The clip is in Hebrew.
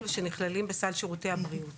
הנושא הוא הרחבת סל שירותי הבריאות